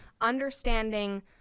understanding